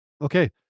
Okay